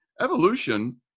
evolution